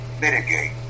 mitigate